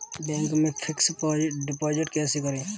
Bank में fix deposit कैसे करें?